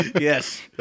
Yes